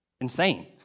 insane